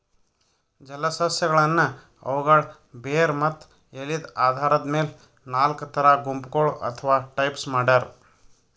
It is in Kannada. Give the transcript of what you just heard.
ಜಲಸಸ್ಯಗಳನ್ನ್ ಅವುಗಳ್ ಬೇರ್ ಮತ್ತ್ ಎಲಿದ್ ಆಧಾರದ್ ಮೆಲ್ ನಾಲ್ಕ್ ಥರಾ ಗುಂಪಗೋಳ್ ಅಥವಾ ಟೈಪ್ಸ್ ಮಾಡ್ಯಾರ